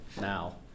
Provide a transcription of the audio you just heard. Now